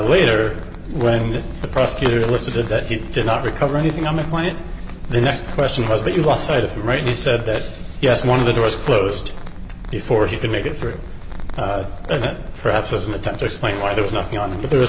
later when the prosecutor elicited that he did not recover anything on the planet the next question was but you lost sight of right he said that yes one of the doors closed before he could make it through that perhaps as an attempt to explain why there was nothing on it but there was